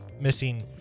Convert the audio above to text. missing